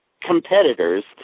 competitors